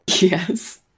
Yes